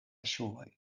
ŝuoj